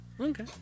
Okay